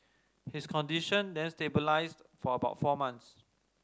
his condition then stabilised for about four months